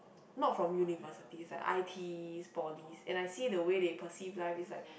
not from university like I_T poly and I see the way they perceive life is like